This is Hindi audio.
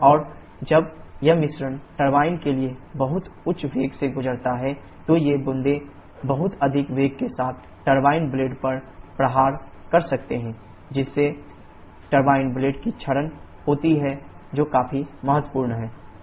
और जब यह मिश्रण टरबाइन के लिए बहुत उच्च वेग से गुजरता है तो ये बूंदें बहुत अधिक वेग के साथ टरबाइन ब्लेड पर प्रहार कर सकती हैं जिससे टरबाइन ब्लेड का क्षरण होता है जो काफी महत्वपूर्ण है